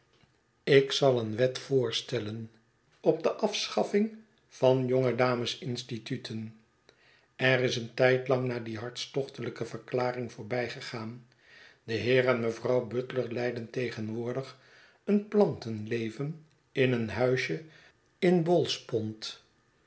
ik zal een wet voorstellen op de afschaffing van jongedamesinstituten er is een tijdlang na die hartstochtelijke verklaring voorbijgaan d e heer en mevrouw butler leiden tegenwoordig een plantenleven in een huisje in ballspond